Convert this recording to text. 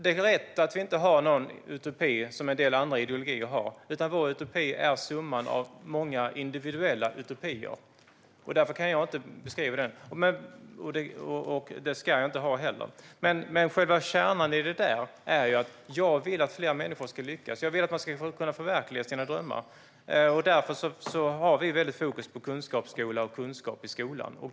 Det är rätt att vi inte har någon utopi, som en del andra ideologier har, utan vår utopi är summan av många individuella utopier. Därför kan jag inte beskriva den. Kärnan i det där är att jag vill att fler människor ska lyckas. Jag vill att man ska kunna förverkliga sina drömmar, och därför har vi fokus på kunskapsskola och kunskap i skolan.